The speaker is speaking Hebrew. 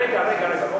רגע, רגע.